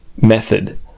method